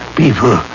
people